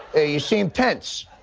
ah you seem tense.